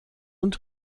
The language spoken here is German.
und